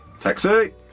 Taxi